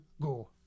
go